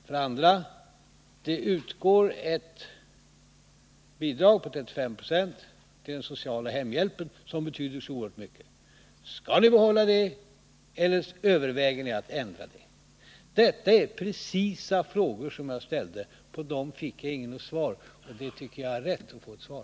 Vidare utgår det ett bidrag på 35 2 till den sociala hemhjälpen, som betyder så oerhört mycket. Skall ni behålla det eller överväger ni att ändra det? Detta är precisa frågor, som jag ställde. På dem fick jag inte något svar, men jag tycker att jag har rätt att få ett svar.